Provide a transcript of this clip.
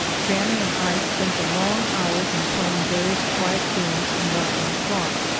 fannie and i spent the long hours in playing various quiet games and watching the clock.